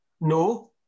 No